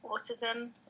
autism